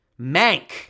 Mank